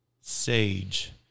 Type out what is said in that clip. Sage